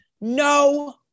No